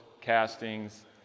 castings